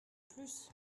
plus